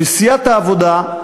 הוא שסיעת העבודה,